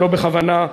שלא בכוונה,